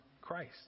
Christ